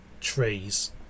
trees